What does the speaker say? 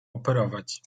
operować